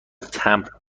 تمبر